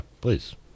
please